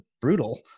brutal